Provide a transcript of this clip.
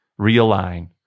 realign